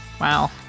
Wow